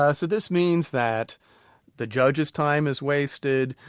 ah so this means that the judge's time is wasted,